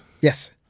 Yes